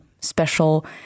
special